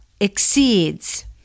exceeds